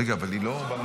רגע, אבל היא לא ברשימה.